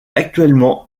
actuellement